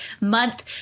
month